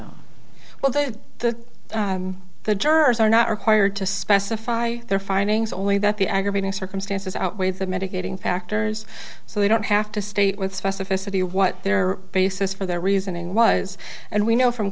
on well they the the jurors are not required to specify their findings only that the aggravating circumstances outweigh the mitigating factors so they don't have to state with specificity what their basis for their reasoning was and we know from